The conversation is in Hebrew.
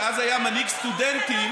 שאז היה מנהיג סטודנטים,